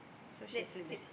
so she sleep there